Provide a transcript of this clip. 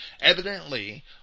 Evidently